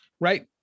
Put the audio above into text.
right